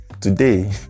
today